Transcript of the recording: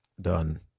done